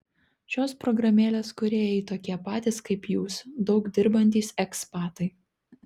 šios programėlės kūrėjai tokie patys kaip jūs daug dirbantys ekspatai